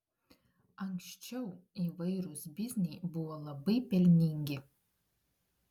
anksčiau įvairūs bizniai buvo labai pelningi